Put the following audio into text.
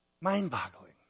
Mind-boggling